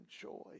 joy